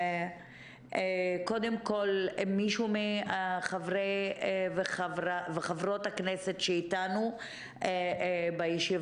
קודם כול ידבר מישהו מחברי וחברות הכנסת שאיתנו בישיבה,